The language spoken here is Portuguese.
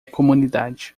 comunidade